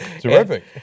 Terrific